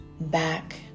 back